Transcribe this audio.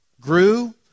grew